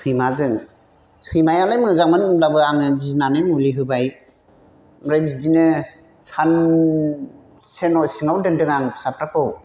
सैमाजों सैमायालाय मोजांमोन होनब्लाबो आङो गिनानै मुलि होबाय ओमफ्राय बिदिनो सानसे न' सिङावनो दोनदों आं फिसाफोरखौ